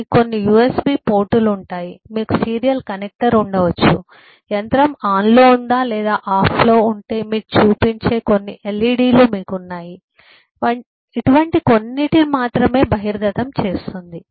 మీకు కొన్ని USB పోర్ట్లు ఉంటాయి మీకు సీరియల్ కనెక్టర్ ఉండవచ్చు యంత్రం ఆన్లో ఉందా లేదా ఆఫ్లో ఉందా మీకు చూపించే కొన్ని లెడ్లు మీకు ఉంటాయి వంటి కొన్నింటిని మాత్రమే బహిర్గతం చేస్తుంది